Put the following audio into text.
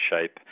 shape